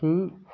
সেই